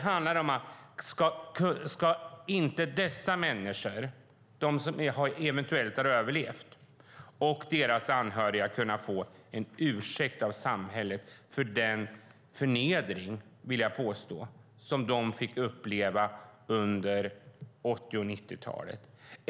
Ska inte dessa människor, de som eventuellt har överlevt, och deras anhöriga kunna få en ursäkt av samhället för den förnedring som de fick uppleva under 80 och 90-talen?